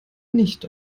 nicht